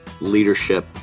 leadership